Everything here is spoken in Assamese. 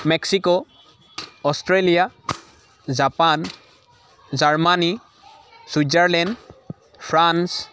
Mexico Australia Japan Germany Switzerland France